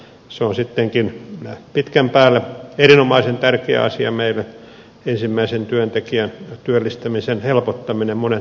se on sittenkin pitkän päälle erinomaisen tärkeä asia meille ensimmäisen työntekijän työllistämisen helpottaminen ja monet muut tekijät